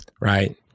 right